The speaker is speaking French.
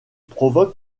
provoque